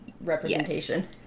representation